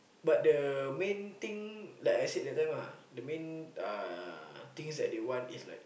but the main thing that I said that time lah the main uh things that they want is like